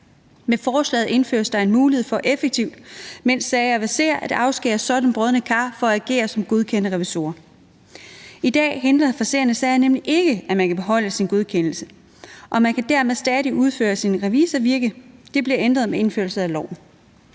Med forslaget indføres der en mulighed for effektivt, mens sager verserer, at afskære sådanne brodne kar fra at agere som godkendte revisorer. I dag hindrer verserende sager nemlig ikke, at man kan beholde sin godkendelse, og man kan dermed stadig udføre sit revisorvirke. Det bliver ændret med indførelse af loven.